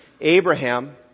Abraham